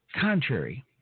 Contrary